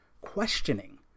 questioning